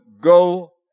Go